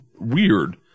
weird